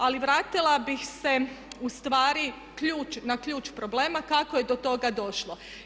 Ali vratila bih se ustvari na ključ problema kako je do toga došlo.